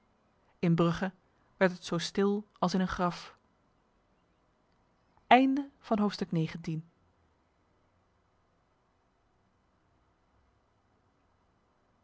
in brugge werd het zo stil als in een graf